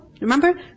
Remember